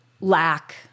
lack